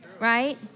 Right